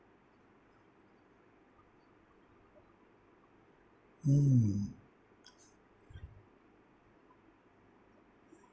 mm